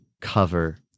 cover